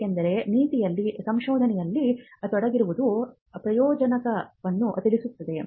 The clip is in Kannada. ಏಕೆಂದರೆ ನೀತಿಯಲ್ಲಿ ಸಂಶೋಧನೆಯಲ್ಲಿ ತೊಡಗುವುದರ ಪ್ರಯೋಜನಗಳನ್ನು ತಿಳಿಸುತ್ತದೆ